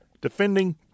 defending